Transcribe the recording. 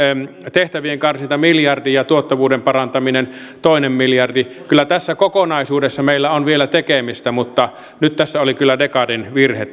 tehtävien karsinta miljardi ja tuottavuuden parantaminen toinen miljardi kyllä tässä kokonaisuudessa meillä on vielä tekemistä mutta nyt tässä luvussa oli kyllä dekadin virhe